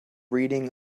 reading